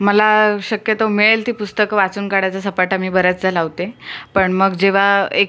मला शक्यतो मिळेल ती पुस्तकं वाचून काढायचा सपाटा मी बऱ्याचदा लावते पण मग जेव्हा एक